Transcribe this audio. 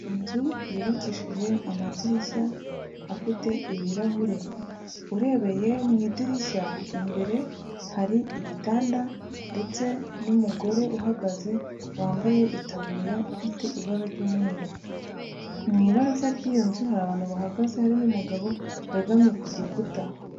Inzu yubakishije amadirishya afite ibirahure, urebeye mu idirishya imbere hari ibitanda ndetse n'umugore uhagaze wambaye itabuririya ifite ibara ry'umweru, mu ibaraza ry'iyo nzu hari abantu bahagaze harimo umugabo wegamye ku gikuta.